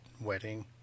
wedding